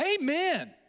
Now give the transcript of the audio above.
Amen